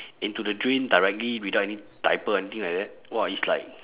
into the drain directly without any diaper anything like that !wah! it's like